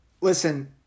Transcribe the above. Listen